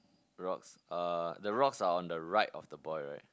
rocks uh the rocks are on the right of the boy right